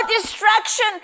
distraction